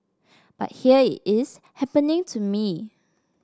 but here it is happening to me